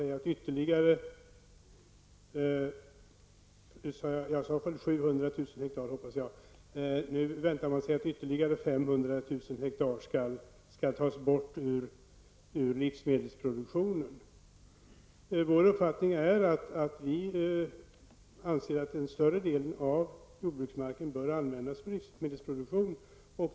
Nu väntar man sig att ytterligare Vår uppfattning är att större delen av jordbruksmarken bör användas för livsmedelsproduktion.